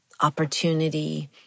opportunity